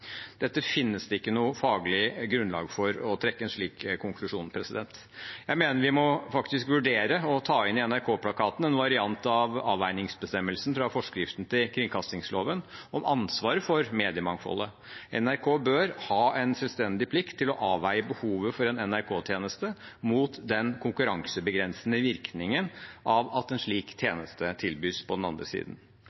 finnes ikke noe faglig grunnlag for å trekke en slik konklusjon. Jeg mener vi faktisk må vurdere å ta inn i NRK-plakaten en variant av avveiningsbestemmelsen fra forskriften til kringkastingsloven om ansvaret for mediemangfoldet. NRK bør ha en selvstendig plikt til å avveie behovet for en NRK-tjeneste mot den konkurransebegrensende virkningen av at en slik